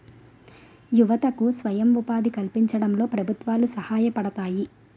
యువతకు స్వయం ఉపాధి కల్పించడంలో ప్రభుత్వాలు సహాయపడతాయి